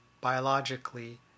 biologically